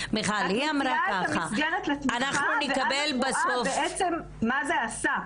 --- את מציעה את המסגרת לתמיכה ואז את רואה בעצם מה זה עשה.